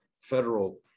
federal